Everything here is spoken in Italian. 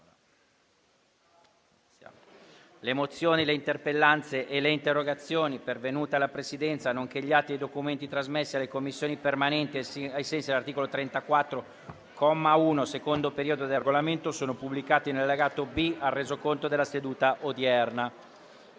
Le mozioni, le interpellanze e le interrogazioni pervenute alla Presidenza, nonché gli atti e i documenti trasmessi alle Commissioni permanenti ai sensi dell'articolo 34, comma 1, secondo periodo, del Regolamento sono pubblicati nell'allegato B al Resoconto della seduta odierna.